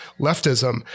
leftism